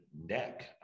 neck